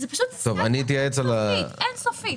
זה אין סופי.